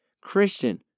Christian